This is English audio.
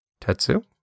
Tetsu